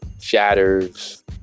shatters